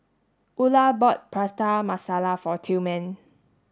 Ula bought Prata Masala for Tillman